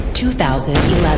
2011